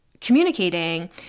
communicating